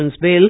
Bill